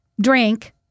drink